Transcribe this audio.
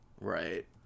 Right